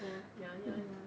oh ya ya ya